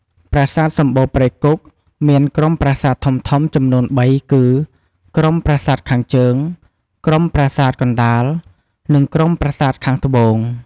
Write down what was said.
ប្រាសាទសំបូរព្រៃគុកមានក្រុមប្រាសាទធំៗចំនួនបីគឺ ក្រុមប្រាសាទខាងជើង ក្រុមប្រាសាទកណ្ដាល និងក្រុមប្រាសាទខាងត្បូង។